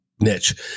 niche